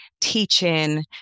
teaching